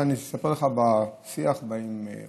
אני אספר לך על השיח עם עוזריי.